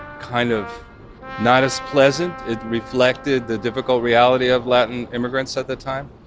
kind of not as pleasant. it reflected the difficult reality of latin immigrants at the time.